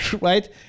right